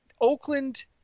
Oakland